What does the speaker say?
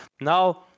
Now